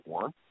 one